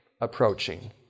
approaching